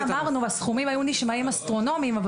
אמרנו שהסכומים נשמעים אסטרונומיים אבל